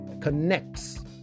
connects